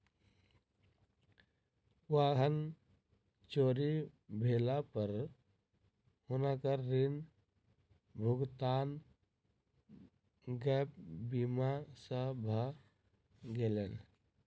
वाहन चोरी भेला पर हुनकर ऋण भुगतान गैप बीमा सॅ भ गेलैन